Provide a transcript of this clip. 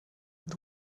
and